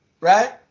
right